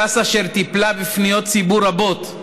ש"ס, אשר טיפלה בפניות ציבור רבות,